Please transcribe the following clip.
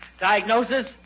Diagnosis